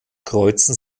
kreuzen